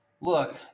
look